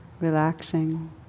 relaxing